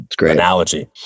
analogy